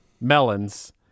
melons